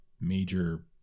major